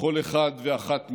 בכל אחת ואחת מאיתנו,